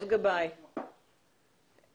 יש לנו את גבי גאון ממזכרת בתיה?